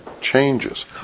changes